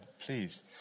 Please